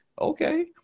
Okay